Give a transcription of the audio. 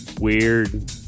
weird